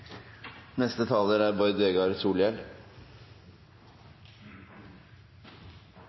Neste taler er